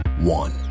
one